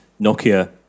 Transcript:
Nokia